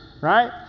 right